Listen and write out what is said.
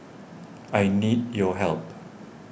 I need your help